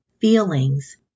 feelings